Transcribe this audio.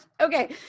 Okay